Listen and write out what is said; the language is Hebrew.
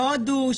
הודו,